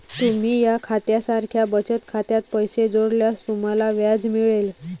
तुम्ही या खात्या सारख्या बचत खात्यात पैसे जोडल्यास तुम्हाला व्याज मिळेल